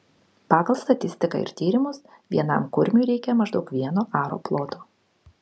pagal statistiką ir tyrimus vienam kurmiui reikia maždaug vieno aro ploto